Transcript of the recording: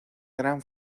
gran